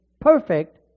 perfect